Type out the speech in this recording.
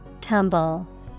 Tumble